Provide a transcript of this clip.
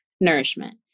nourishment